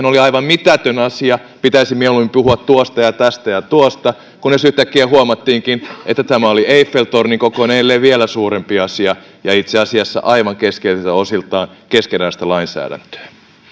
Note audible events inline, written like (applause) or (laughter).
(unintelligible) oli aivan mitätön asia pitäisi mieluummin puhua tuosta ja tästä ja tuosta kunnes yhtäkkiä huomattiinkin että tämä oli eiffel tornin kokoinen ellei vielä suurempi asia ja itse asiassa aivan keskeisiltä osiltaan keskeneräistä lainsäädäntöä